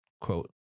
quote